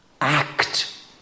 Act